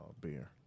beer